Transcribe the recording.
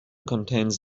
contains